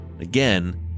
Again